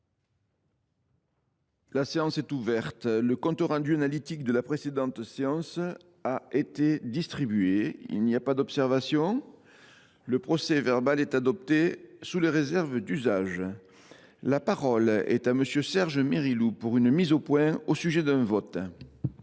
La séance est ouverte. Le compte rendu analytique de la précédente séance a été distribué. Il n’y a pas d’observation ?… Le procès verbal est adopté sous les réserves d’usage. La parole est à M. Serge Mérillou. Monsieur le président,